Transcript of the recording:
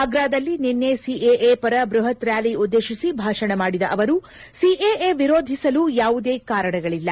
ಅಗ್ರಾದಲ್ಲಿ ನಿನ್ನೆ ಸಿಎಎ ಪರ ಬೃಹತ್ ರ್ಜಾಲಿ ಉದ್ದೇಶಿಸಿ ಭಾಷಣ ಮಾಡಿದ ಅವರು ಸಿಎಎ ವಿರೋಧಿಸಲು ಯಾವುದೇ ಕಾರಣಗಳಿಲ್ಲ